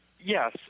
yes